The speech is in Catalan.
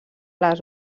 les